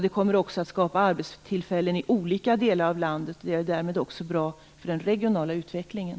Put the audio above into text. Det kommer dessutom att skapa arbetstillfällen i olika delar av landet och är därmed också bra för den regionala utvecklingen.